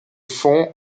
fond